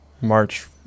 March